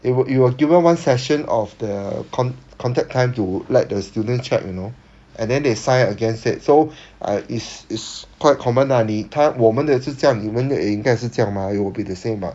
it was it was given one session of the con~ contact time to let the student check you know and then they sign against it so uh it's it's quite common lah 你他我们的是这样你们的也应该是这样 mah it will be the same [what]